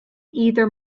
either